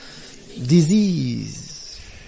disease